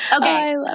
Okay